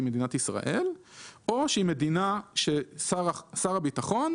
עם מדינת ישראל או מדינה ששר הביטחון,